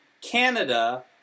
Canada